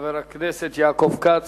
לחבר הכנסת יעקב כץ.